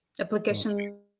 Application